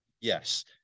yes